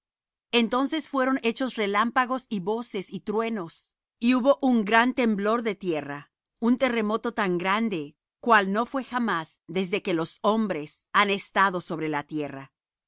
entonces fueron hechos relámpagos y voces y truenos y hubo un gran temblor de tierra un terremoto tan grande cual no fué jamás desde que los hombres han estado sobre la tierra